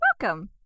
welcome